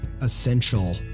essential